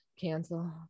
cancel